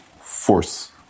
force